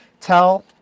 tell